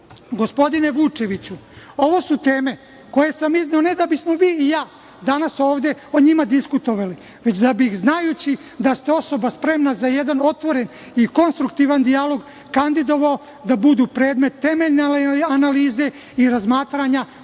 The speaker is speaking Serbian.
račune. Gospodine Vučeviću ovo su teme koje sam izneo ne da bismo vi i ja danas ovde o njima diskutovali, već da bih znajući da ste osoba spremna za jedan otvoren i konstruktivan dijalog kandidovao da budu predmet temeljne analize i razmatranja